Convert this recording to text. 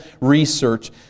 research